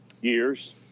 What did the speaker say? years